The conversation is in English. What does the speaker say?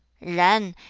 yuen,